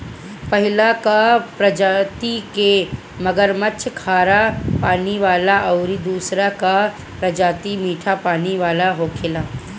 पहिलका प्रजाति के मगरमच्छ खारा पानी वाला अउरी दुसरका प्रजाति मीठा पानी वाला होखेला